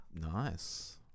Nice